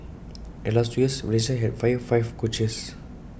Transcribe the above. and in the last two years Valencia had fired five coaches